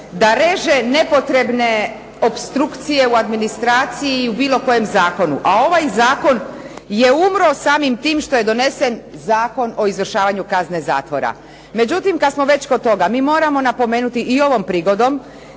da reže nepotrebne opstrukcije u administraciji i u bilo kojem zakonu a ovaj zakon je umro samim time što je donesen Zakon o izvršavanju kazne zatvora. Međutim, kad smo već kod toga mi moramo napomenuti i ovom prigodom